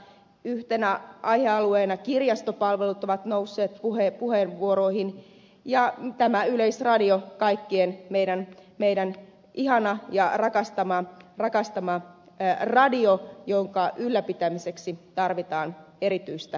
yhtenä aihealueena kirjastopalvelut ovat nousseet puheenvuoroihin samoin yleisradio ihana kaikkien meidän ihana ja rakastamaan paikasta mä rakastama radio jonka ylläpitämiseksi tarvitaan erityistä rahoitusta